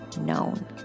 known